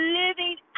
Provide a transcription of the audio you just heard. living